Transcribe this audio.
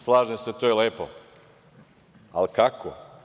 Slažem se, to je lepo, ali kako?